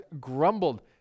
grumbled